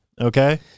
Okay